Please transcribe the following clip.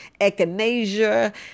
echinacea